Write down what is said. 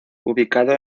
ubicado